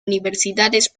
universidades